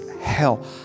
hell